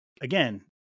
again